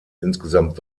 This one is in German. insgesamt